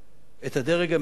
את הדרג המדיני.